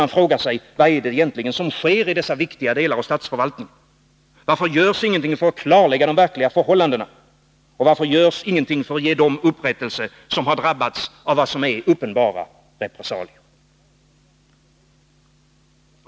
Man frågar sig: Vad är det egentligen som sker i dessa viktiga delar av statsförvaltningen? Varför görs det ingenting för att klarlägga de verkliga förhållandena, och varför görs det ingenting för att ge dem upprättelse som har drabbats av vad som är uppenbara repressalier?